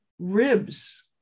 ribs